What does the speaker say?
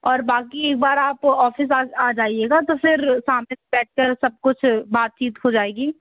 और बाक़ी एक बार आप ऑफिस आ जाइएगा तो फिर सामने बैठ कर सब कुछ बातचीत हो जाएगी